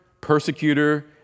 persecutor